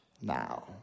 now